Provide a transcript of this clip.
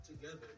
together